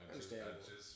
Understandable